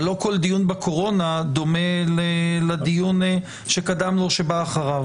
אבל לא כל דיון בקורונה דומה לדיון שקדם לו או שבא אחריו.